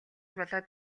болоод